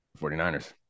49ers